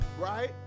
right